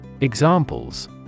Examples